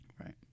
Right